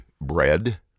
bread